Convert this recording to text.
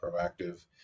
proactive